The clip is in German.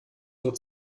nur